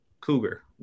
Cougar